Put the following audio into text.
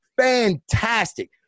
Fantastic